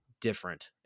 different